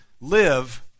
live